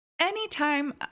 Anytime